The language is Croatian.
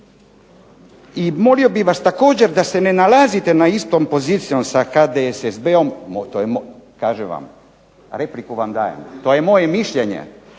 I molio bih vas također da se ne nalazite na istoj poziciji sa HDSSB-om, kažem vam, repliku vam dajem, to je moje mišljenje,